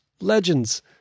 legends